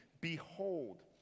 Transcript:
behold